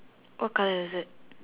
what colour is it